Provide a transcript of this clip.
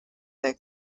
their